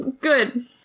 Good